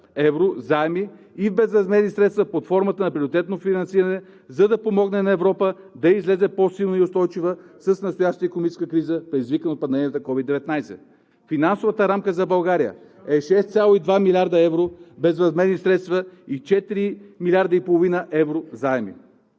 евро заеми и безвъзмездни средства под формата на приоритетно финансиране, за да помогне на Европа да излезе по-силна и устойчива от настоящата икономическа криза, предизвикана от пандемията COVID-19. Финансовата рамка за България е 6,2 млрд. евро безвъзмездни средства и 4,5 млрд. евро заеми.